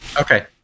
Okay